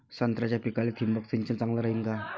संत्र्याच्या पिकाले थिंबक सिंचन चांगलं रायीन का?